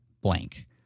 blank